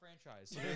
Franchise